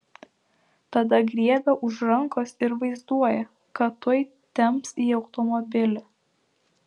tada griebia už rankos ir vaizduoja kad tuoj temps į automobilį